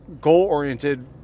goal-oriented